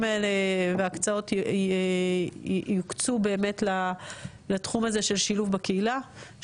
האלה וההקצאות יוקצו באמת לתחום הזה של שילוב בקהילה,